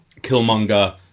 Killmonger